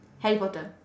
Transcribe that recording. harry potter